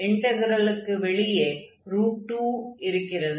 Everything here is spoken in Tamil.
இன்டக்ரெலுக்கு வெளியே 2 இருக்கிறது